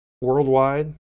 worldwide